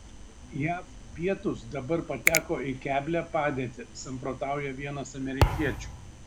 jav pietūs dabar pateko į keblią padėtį samprotauja vienas amerikiečių